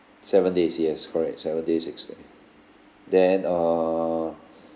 seven days yes correct seven days six night then err